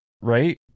right